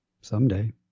Someday